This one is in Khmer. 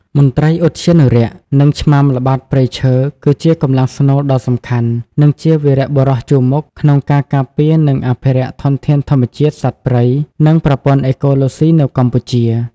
មន្ត្រីឧទ្យានុរក្ស និងឆ្មាំល្បាតព្រៃឈើ គឺជាកម្លាំងស្នូលដ៏សំខាន់ និងជា វីរបុរសជួរមុខ ក្នុងការការពារ និងអភិរក្សធនធានធម្មជាតិ សត្វព្រៃ និងប្រព័ន្ធអេកូឡូស៊ីនៅកម្ពុជា។